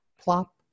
plop